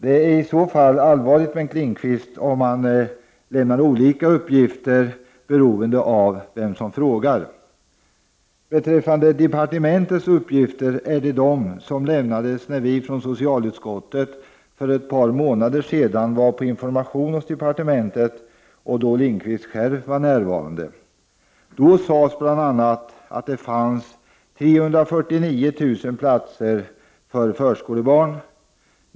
Det är i så fall allvarligt, Bengt Lindqvist, om man lämnar olika uppgifter beroende på vem det är som frågar. Departementets uppgifter är de som lämnades när vi från socialutskottet för ett par månader sedan var på departementet för information, vid vilket tillfälle Bengt Lindqvist själv var närvarande. Då sades det bl.a. att det fanns 349 000 platser för förskolebarn.